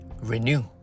Renew